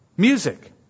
Music